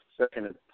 second